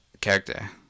character